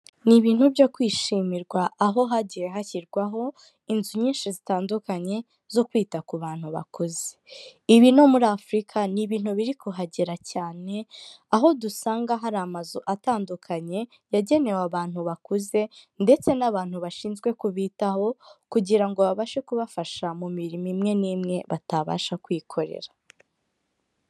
Ni ibintu byo kwishimirwa, aho hagiye hashyirwaho inzu nyinshi zitandukanye zo kwita ku bantu bakuze. Ibi no muri Afurika ni ibintu biri kuhagera cyane, aho dusanga hari amazu atandukanye yagenewe abantu bakuze ndetse n'abantu bashinzwe kubitaho kugira ngo babashe kubafasha mu mirimo imwe n'imwe batabasha kwikorera.